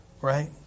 right